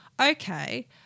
okay